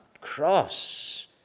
cross